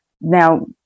Now